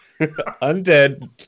undead